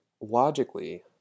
Logically